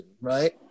right